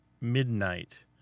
midnight